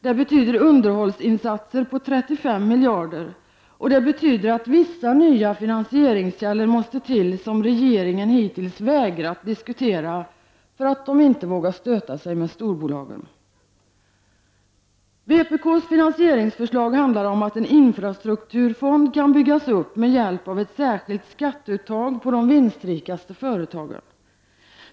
Det betyder underhållsinsatser på 35 miljarder, och det betyder att vissa nya fi nansieringskällor måste till som regeringen hittills vägrat diskutera därför att den inte vågar stöta sig med storbolagen. Vänsterpartiets finansieringsförslag handlar om att en infrastrukturfond kan byggas upp med hjälp av ett särskilt skatteuttag på de vinstrikaste företagen.